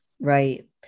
right